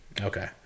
Okay